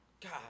God